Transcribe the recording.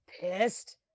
pissed